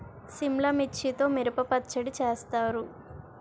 సిమ్లా మిర్చితో మిరప పచ్చడి చేస్తారు